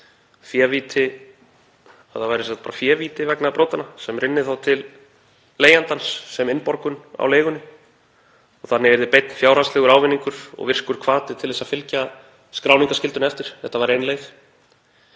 því að það væri bara févíti vegna brotanna sem rynni þá til leigjandans sem innborgun á leigunni. Þannig yrði beinn fjárhagslegur ávinningur og virkur hvati til þess að fylgja skráningarskyldunni eftir. Þetta væri ein